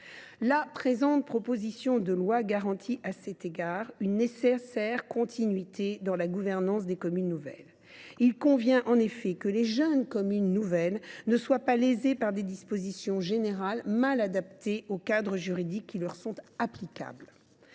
La présente proposition de loi garantit, à cet égard, une nécessaire continuité dans la gouvernance des communes nouvelles. Il convient en effet que les jeunes communes nouvelles ne soient pas lésées par des dispositions générales mal adaptées au cadre juridique qui leur est applicable.